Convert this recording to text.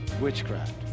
witchcraft